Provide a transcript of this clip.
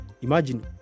Imagine